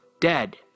dead